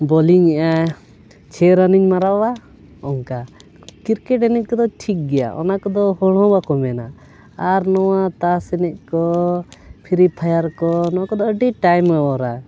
ᱵᱚᱞᱤᱝ ᱮᱜᱼᱟᱭ ᱪᱷᱮ ᱨᱟᱱᱤᱧ ᱢᱟᱨᱟᱣᱟ ᱚᱝᱠᱟ ᱠᱨᱤᱠᱮᱴ ᱮᱱᱮᱡ ᱠᱚᱫᱚ ᱴᱷᱤᱠ ᱜᱮᱭᱟ ᱚᱱᱟ ᱠᱚᱫᱚ ᱦᱚᱲ ᱦᱚᱸ ᱵᱟᱠᱚ ᱢᱮᱱᱟ ᱟᱨ ᱱᱚᱣᱟ ᱛᱟᱥ ᱮᱱᱮᱡ ᱠᱚ ᱯᱷᱤᱨᱤ ᱯᱷᱟᱭᱟᱨ ᱠᱚ ᱱᱚᱣᱟ ᱠᱚᱫᱚ ᱟᱹᱰᱤ ᱴᱟᱭᱤᱢ ᱮ ᱚᱨᱟ